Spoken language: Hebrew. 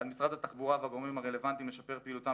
על משרד התחבורה והגורמים הרלוונטיים לשפר פעילותם